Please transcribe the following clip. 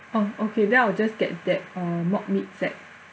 oh okay then I will just get that uh mock meat set